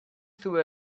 through